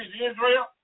Israel